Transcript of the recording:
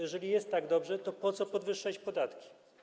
Jeżeli jest tak dobrze, to po co podwyższać podatki?